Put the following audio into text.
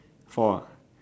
four ah